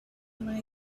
like